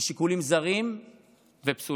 משיקולים זרים ופסולים.